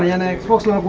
yeah and exporting